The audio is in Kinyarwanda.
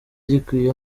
gikwiye